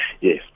Yes